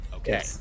Okay